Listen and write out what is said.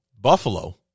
Buffalo